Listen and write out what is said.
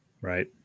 right